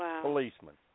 Policeman